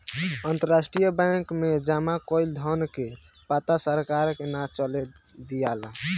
अंतरराष्ट्रीय बैंक में जामा कईल धन के पता सरकार के ना चले दियाला